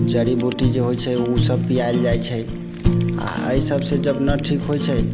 जड़ी बूटी जे होइ छै ओसभ पियाएल जाइ छै आ एहिसभसँ जब न ठीक होइ छै